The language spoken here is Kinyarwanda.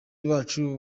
bacu